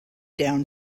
down